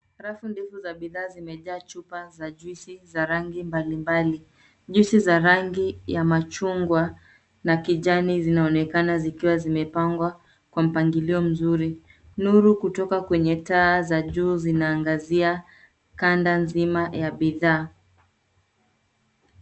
Rafu ndefu za bidhaa zimejaa chupa za juisi za rangi mbali mbali. Juisi za rangi ya machungwa na kijani zinaonekana zikiwa zimepangwa kwa mpangilio mzuri. Nuru kutoka kwenye taa za juu zinaangazia kanda nzima ya bidhaa.